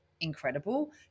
incredible